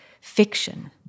fiction